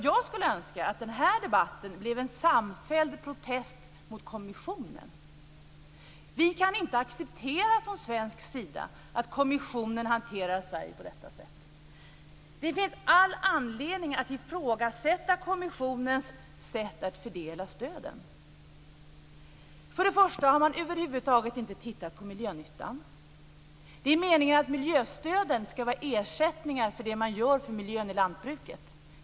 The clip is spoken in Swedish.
Jag skulle önska att den här debatten blev en samfälld protest mot kommissionen. Vi kan inte acceptera från svensk sida att kommissionen hanterar Sverige på detta sätt. Det finns all anledning att ifrågasätta kommissionens sätt att fördela stöden. Först och främst har man över huvud taget inte tittat på miljönyttan. Det är meningen att miljöstöden ska vara ersättningar för det man gör för miljön i lantbruket.